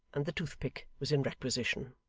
and the toothpick was in requisition.